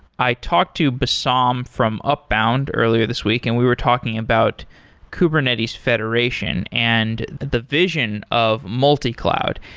i talked to bassam from upbound earlier this week and we were talking about kubernetes federation and the vision of multi-cloud,